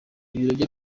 ibiro